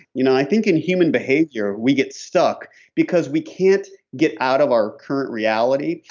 you know i think in human behavior we get stuck because we can't get out of our current reality.